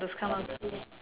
those kind of